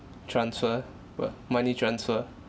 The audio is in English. transfer wh~ money transfer